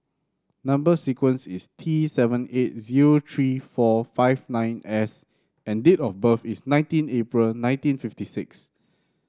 number sequence is T seven eight zero three four five nine S and date of birth is nineteen April nineteen fifty six